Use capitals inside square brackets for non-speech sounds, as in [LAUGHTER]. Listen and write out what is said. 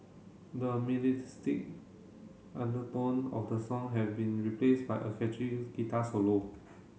the [UNINTELLIGIBLE] undertone of the song have been replaced by a catchy guitar solo